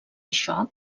això